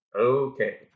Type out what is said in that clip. Okay